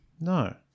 No